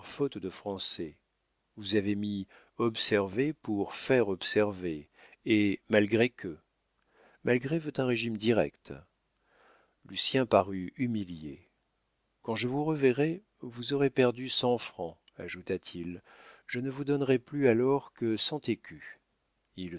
fautes de français vous avez mis observer pour faire observer et malgré que malgré veut un régime direct lucien parut humilié quand je vous reverrai vous aurez perdu cent francs ajouta-t-il je ne vous donnerai plus alors que cent écus